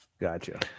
Gotcha